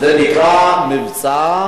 זה נקרא מבצע